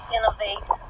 Innovate